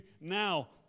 now